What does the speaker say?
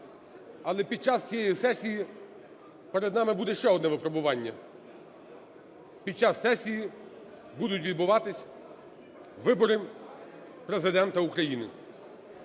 Але під час цієї сесії перед нами буде ще одне випробування: під час сесії будуть відбуватися вибори Президента України.